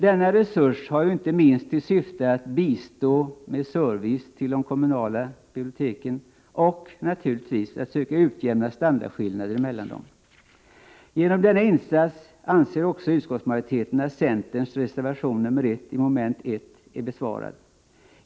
Denna resurs har ju inte minst till syfte att bistå med service till de kommunala biblioteken och — naturligtvis — att söka utjämna standardskillnader mellan dem. Utskottsmajoriteten anser också att centerns reservation 1 i moment 1 är besvarad genom denna insats.